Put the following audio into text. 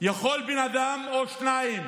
יכול בן אדם או שניים